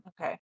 Okay